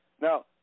Now